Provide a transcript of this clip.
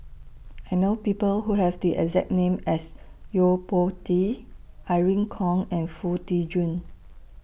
I know People Who Have The exact name as Yo Po Tee Irene Khong and Foo Tee Jun